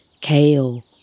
kale